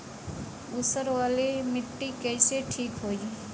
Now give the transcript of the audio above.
ऊसर वाली मिट्टी कईसे ठीक होई?